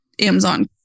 Amazon